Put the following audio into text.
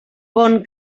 bon